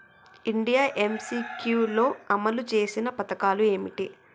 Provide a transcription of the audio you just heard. India MCQ లో అమలు చేసిన పథకాలు ఏమిటి?